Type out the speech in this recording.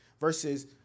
versus